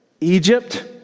Egypt